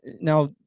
now